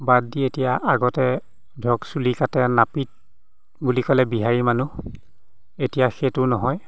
বাদ দি এতিয়া আগতে ধৰক চুলি কাটে নাপিত বুলি ক'লে বিহাৰী মানুহ এতিয়া সেইটো নহয়